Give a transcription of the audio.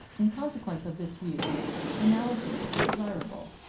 in consequence of this view analyses were desirable.